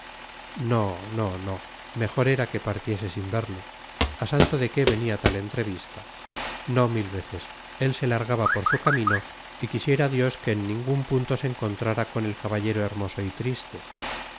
no no no mejor era que partiese sin verle a santo de qué venía tal entrevista no mil veces él se largaba por su camino y quisiera dios que en ningún punto se encontrara con el caballero hermoso y triste